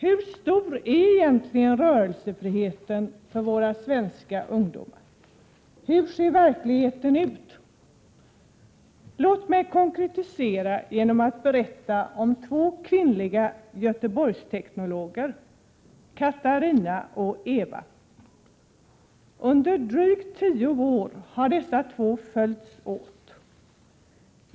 Hur stor är egentligen rörelsefriheten för våra svenska ungdomar? Hur ser verkligheten ut? Låt mig konkretisera detta genom att berätta om två kvinnliga Göteborgsteknologer, Katarina och Eva. Under drygt tio år har de följts åt.